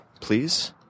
please